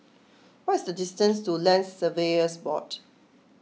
what is the distance to Land Surveyors Board